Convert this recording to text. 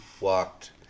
walked